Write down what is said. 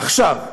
עכשיו,